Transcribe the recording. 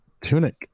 tunic